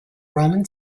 roman